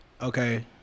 Okay